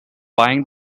buying